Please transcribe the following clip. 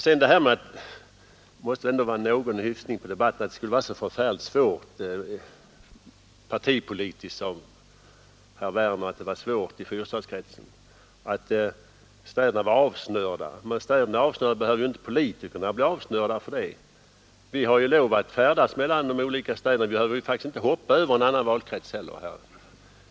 Herr Werner i Malmö sade att det politiska arbetet i fyrstadskretsen skulle vara så förfärligt svårt på grund av att städerna skulle vara avsnörda. Det måste väl ändå vara någon hyfsning på debatten! För att städerna är avsnörda behöver väl inte politikerna bli avsnörda. Det är ju tillåtet att färdas mellan de olika städerna, och vi behöver ju inte heller precis hoppa över en annan valkrets.